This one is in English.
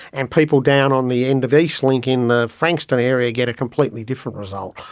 and people down on the end of eastlink in the frankston area get a completely different result,